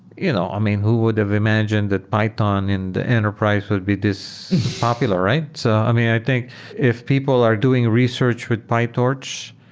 you know i mean, who would have imagined that python in the enterprise would be this popular, right? so i mean, i think if people are doing research with pytorch,